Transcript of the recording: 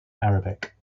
arabic